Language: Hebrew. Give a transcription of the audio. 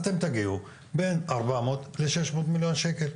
אתם תגיעו בין ארבע מאות לשש מאות מיליון שקל.